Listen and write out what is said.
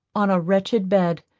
on a wretched bed,